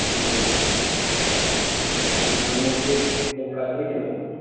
মানে ওই সময়ের মধ্যে সব কাজ হয়ে যাবে তো